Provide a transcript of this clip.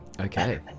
Okay